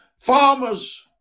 Farmers